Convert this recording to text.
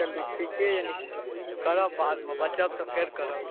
चलू ठीके यए निखिल बाबू करब बादमे बचब तऽ फेर करब